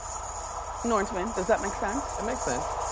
nortman, does that make sense? it makes sense.